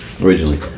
originally